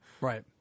Right